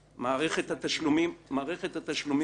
מערכת התשלומים הממשלתית.